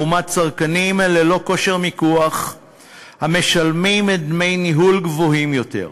לעומת צרכנים ללא כושר מיקוח המשלמים דמי ניהול גבוהים יותר.